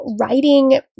writing